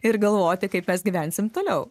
ir galvoti kaip mes gyvensim toliau